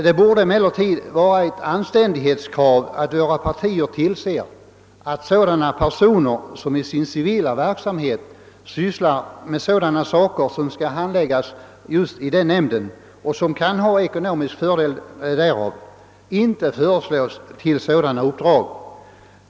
Det borde vara ett anständighetskrav att våra partier tillser, att man inte föreslår personer som i sin civila verksamhet sysslar med sådana saker som skall handläggas av en viss nämnd och som skulle kunna ha ekonomisk fördel av att vara medlemmar av nämnden.